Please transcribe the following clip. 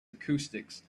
acoustics